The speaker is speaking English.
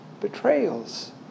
betrayals